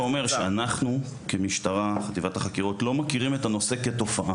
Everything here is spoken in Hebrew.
אנחנו כחטיבת החקירות במשטרה לא מכירים את הנושא כתופעה,